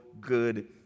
good